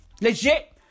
Legit